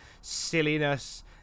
silliness